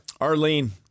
Arlene